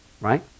Right